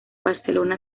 barcelona